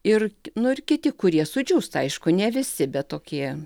ir nu ir kiti kurie sudžiūsta aišku ne visi bet tokie